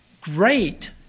great